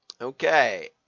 Okay